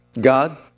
God